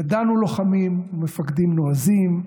ידענו לוחמים ומפקדים נועזים,